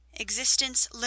Existence